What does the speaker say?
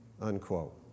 unquote